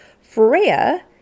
Freya